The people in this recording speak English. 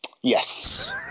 Yes